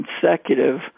consecutive